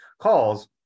calls